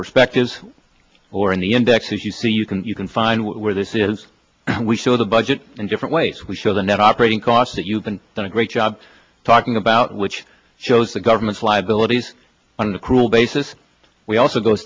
perspective or in the indexes you see you can you can find where this is we show the budget in different ways we show the net operating costs that you've been on a great job talking about which shows the government's liabilities under cruel basis we also go